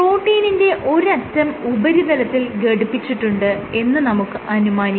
പ്രോട്ടീനിന്റെ ഒരറ്റം ഉപരിതലത്തിൽ ഘടിപ്പിച്ചിട്ടുണ്ട് എന്ന് നമുക്ക് അനുമാനിക്കാം